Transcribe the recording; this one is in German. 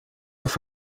auf